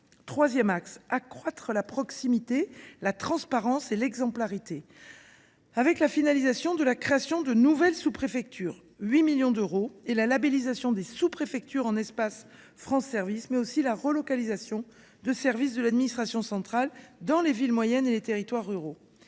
Troisième axe : nous accroissons la proximité, la transparence et l’exemplarité. Nous finalisons la création de nouvelles sous préfectures, pour 8 millions d’euros ; la labellisation des sous préfectures en espaces France Services ; la relocalisation de services de l’administration centrale dans les villes moyennes et les territoires ruraux.